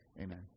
Amen